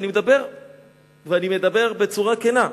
ואני מדבר בצורה כנה,